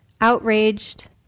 outraged